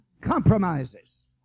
compromises